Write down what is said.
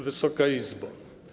Wysoka Izbo!